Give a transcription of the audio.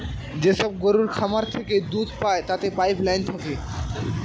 যেসব গরুর খামার থেকে দুধ পায় তাতে পাইপ লাইন থাকে